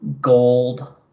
gold